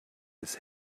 his